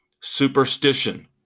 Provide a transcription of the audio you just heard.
Superstition